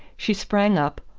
she sprang up,